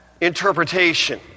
interpretation